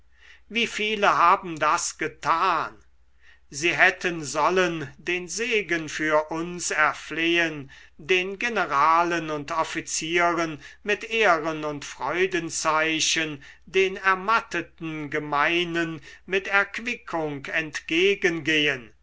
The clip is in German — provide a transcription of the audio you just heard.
wie viele haben das getan sie hätten sollen den segen für uns erflehen den generalen und offizieren mit ehren und freudenzeichen den ermatteten gemeinen mit